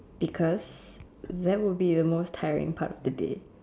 because that would be the most tiring part of the day